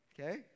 Okay